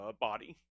body